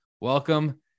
welcome